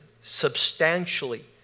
substantially